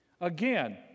Again